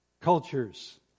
Cultures